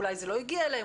כי אולי זה לא הגיע אליהם,